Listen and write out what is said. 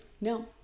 No